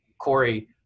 Corey